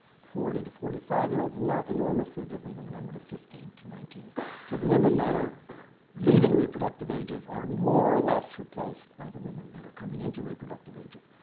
forty to forty five year olds is not enormously different then the number to fifteen to nineteen. so the women that are leaving reproductive ages are more or less replaced by the women that are coming into reproductive ages.